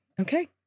Okay